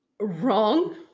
wrong